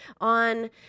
on